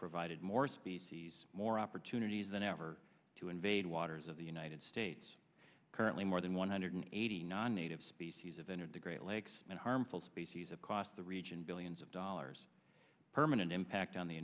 provided more species more opportunities than ever to invade waters of the united states currently more than one hundred eighty non native species have entered the great lakes and harmful species across the region billions of dollars per minute impact on the